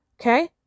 Okay